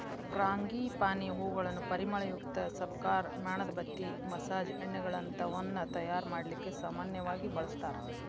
ಫ್ರಾಂಗಿಪಾನಿಯ ಹೂಗಳನ್ನ ಪರಿಮಳಯುಕ್ತ ಸಬಕಾರ್, ಮ್ಯಾಣದಬತ್ತಿ, ಮಸಾಜ್ ಎಣ್ಣೆಗಳಂತವನ್ನ ತಯಾರ್ ಮಾಡ್ಲಿಕ್ಕೆ ಸಾಮನ್ಯವಾಗಿ ಬಳಸ್ತಾರ